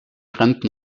renten